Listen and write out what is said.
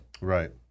Right